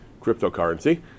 cryptocurrency